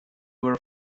were